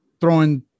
throwing